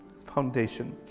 foundation